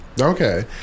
Okay